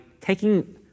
taking